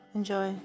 enjoy